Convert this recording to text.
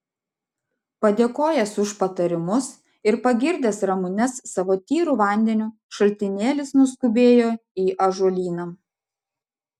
padėkojęs už patarimus ir pagirdęs ramunes savo tyru vandeniu šaltinėlis nuskubėjo į ąžuolyną